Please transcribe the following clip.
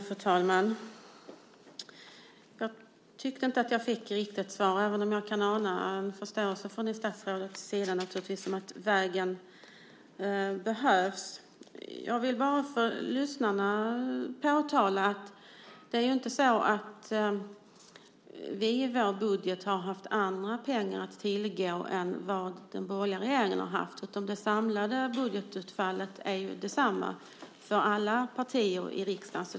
Fru talman! Jag tyckte inte att jag riktigt fick ett svar även om jag naturligtvis kan ana en förståelse från statsrådets sida att vägen behövs. Jag vill bara för lyssnarna påtala att det inte är så att vi i vår budget har haft andra pengar att tillgå än vad den borgerliga regeringen har haft, utan det samlade budgetutfallet är detsamma för alla partier i riksdagen.